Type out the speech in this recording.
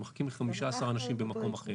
מחכים לי 15 אנשים במקום אחר.